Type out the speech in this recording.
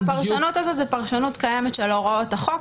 הפרשנות הזאת זאת פרשנות קיימת של הוראות החוק.